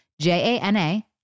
J-A-N-A